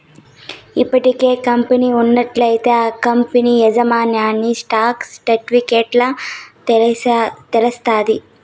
ఇప్పటికే కంపెనీ ఉన్నట్లయితే ఆ కంపనీ యాజమాన్యన్ని స్టాక్ సర్టిఫికెట్ల తెలస్తాది